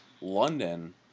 London